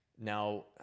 now